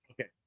Okay